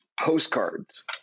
postcards